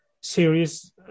series